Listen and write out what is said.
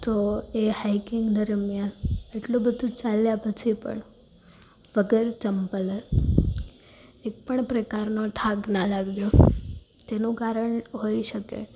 તો એ હાઇકિંગ દરમ્યાન એટલું બધું ચાલ્યા પછી પણ વગર ચંપલે એક પણ પ્રકારનો થાક ના લાગ્યો તેનું કારણ હોઈ શકે